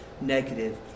negative